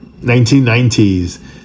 1990s